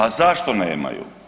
A zašto nemaju?